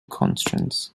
constraints